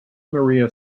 maria